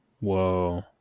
whoa